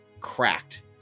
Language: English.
cracked